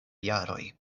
jaroj